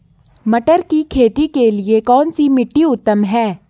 मटर की खेती के लिए कौन सी मिट्टी उत्तम है?